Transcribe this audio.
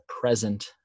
present